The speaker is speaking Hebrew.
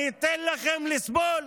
אני אתן לכם לסבול?